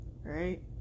right